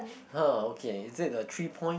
!huh! okay is it a three point